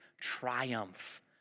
triumph